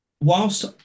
whilst